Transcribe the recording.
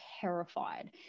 terrified